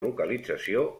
localització